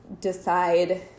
decide